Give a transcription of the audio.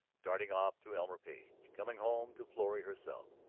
darting off to elmer page, coming home to florrie herself.